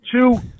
Two